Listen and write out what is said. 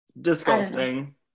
disgusting